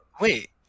wait